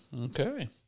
Okay